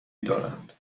دارند